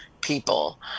people